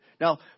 Now